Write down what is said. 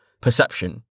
perception